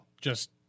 just-